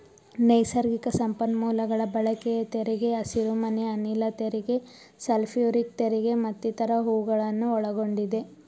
ನೈಸರ್ಗಿಕ ಸಂಪನ್ಮೂಲಗಳ ಬಳಕೆಯ ತೆರಿಗೆ, ಹಸಿರುಮನೆ ಅನಿಲ ತೆರಿಗೆ, ಸಲ್ಫ್ಯೂರಿಕ್ ತೆರಿಗೆ ಮತ್ತಿತರ ಹೂಗಳನ್ನು ಒಳಗೊಂಡಿದೆ